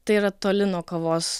tai yra toli nuo kavos